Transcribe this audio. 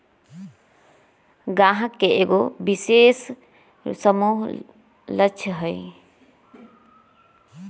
गाहक के एगो विशेष समूह लक्ष हई